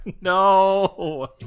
No